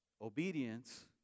Obedience